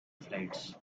flights